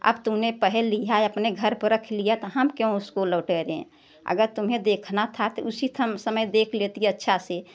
अब तुमने पहन लिया अपने घर पर रख लिया तो हम क्यों उसको लोटेरे अगर तुम्हें देखना था तो उसी थम समय देख लेती अच्छा से